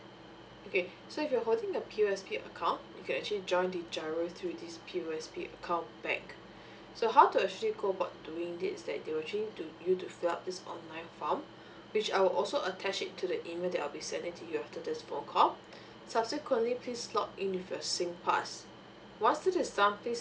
okay so if you are holding the P_O_S_B account you can actually join the G_I_R_O through this P_O_S_B account bank so how to actually go about doing this that they will actually need you to fill up this online form which I will also attach it to the email that I will be sending to you after this phone call subsequently please log in with your singpass once this is done please